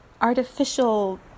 artificial